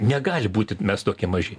negalim būti mes tokie maži